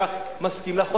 אתה מסכים לה,